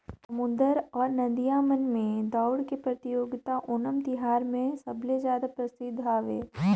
समुद्दर अउ नदिया मन में दउड़ के परतियोगिता ओनम तिहार मे सबले जादा परसिद्ध हवे